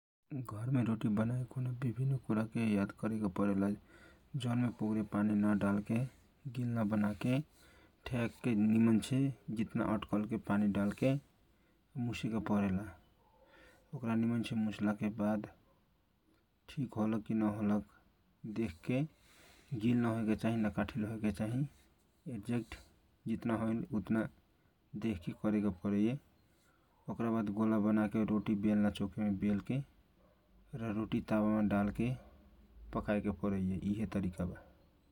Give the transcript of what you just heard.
घरमे रोटी बनाए खुना विभिन कुरा के यादा करे के परेला जग में पोगरे पानी नेडालके गिल नवान के ठ्याक निमन जिवन पानी अडकल के मुसेके परेला ओकरा निमन से मुसाला के बाद ठीक होलक कि नहोलक देख के न गिल होएके नकाठील होएके चाही याक्जेक्ट जितना होई उतना देख के करेके पाईए ओकरा बद गोला बनाके रोटी बेलना चौकी में बेल के आ रोटी तावा में डाल के रोटी पकाए के प पराइए ।